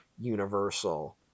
Universal